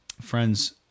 friends